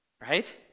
Right